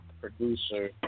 producer